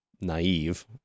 naive